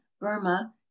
burma